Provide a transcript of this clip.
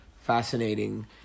fascinating